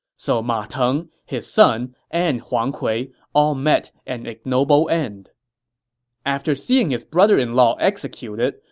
so ma teng, his son, and huang kui all met an ignoble end after seeing his brother-in-law executed,